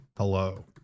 Hello